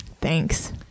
Thanks